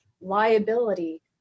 liability